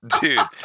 Dude